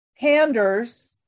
panders